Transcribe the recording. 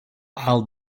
i’ll